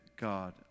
God